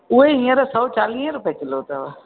उहे हींअर सौ चालीह रुपिए किलो अथव